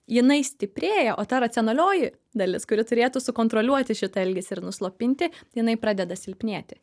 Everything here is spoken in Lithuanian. jinai stiprėja o ta racionalioji dalis kuri turėtų sukontroliuoti šitą elgesį ir nuslopinti jinai pradeda silpnėti